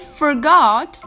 forgot